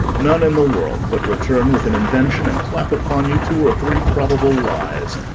none in the world but return with an invention, and clap upon you two or three probable lies.